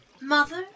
Mother